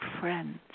friends